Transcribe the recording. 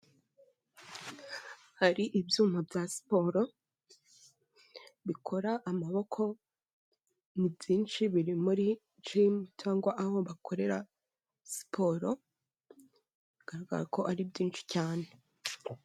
Hari ibyuma bya siporo, bikora amaboko, ni byinshi biri muri Gym cyangwa aho bakorera siporo, bigaragara ko ari byinshi cyane.